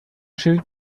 schild